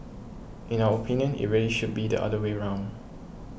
in our opinion it really should be the other way round